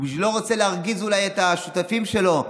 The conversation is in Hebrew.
הוא לא רוצה להרגיז אולי את השותפים שלו.